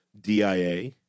dia